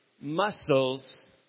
muscles